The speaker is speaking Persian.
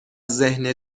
ذهن